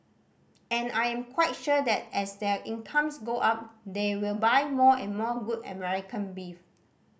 and I am quite sure that as their incomes go up they will buy more and more good American beef